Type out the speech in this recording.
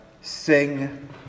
sing